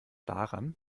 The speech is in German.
daran